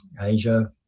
Asia